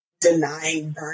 denying